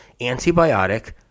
antibiotic